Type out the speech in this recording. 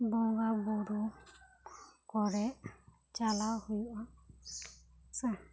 ᱵᱚᱸᱜᱟᱼᱵᱩᱨᱩ ᱠᱚᱨᱮ ᱪᱟᱞᱟᱣ ᱦᱩᱭᱩᱜᱼᱟ ᱥᱮ